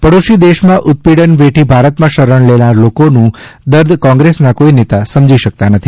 પાડોશી દેશ માં ઉત્પીડન વેઠી ભારત માં શરણ લેનાર લોકો નું દર્દ કોંગ્રેસ ના કોઈ નેતા સમજી શકતા નથી